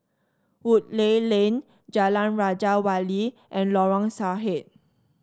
Woodleigh Lane Jalan Raja Wali and Lorong Sarhad